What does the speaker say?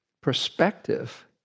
perspective